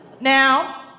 Now